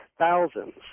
thousands